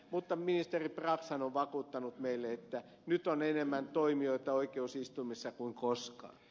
mutta ministeri braxhan on vakuuttanut meille että nyt on enemmän toimijoita oikeusistuimissa kuin koskaan